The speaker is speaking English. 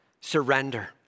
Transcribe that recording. Surrender